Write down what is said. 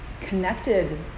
connected